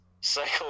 cycle